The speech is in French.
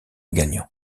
gagnant